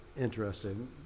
interesting